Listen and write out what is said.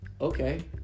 Okay